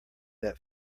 that